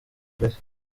mbere